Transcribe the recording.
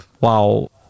Wow